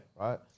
right